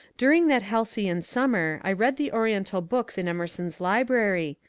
during that halcyon summer i read the oriental books in emerson's library,